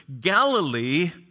Galilee